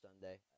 Sunday